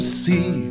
see